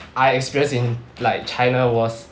I experienced in like china was